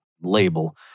label